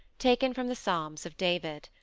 taken from the psalms of david.